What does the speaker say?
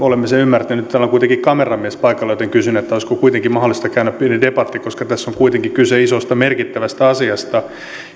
olemme sen ymmärtäneet täällä on kuitenkin kameramies paikalla joten kysyn olisiko kuitenkin mahdollista käydä pieni debatti koska tässä on kuitenkin kyse isosta merkittävästä asiasta